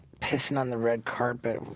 pissing on the red carpet,